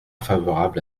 favorable